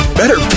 better